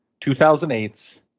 2008's